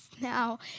now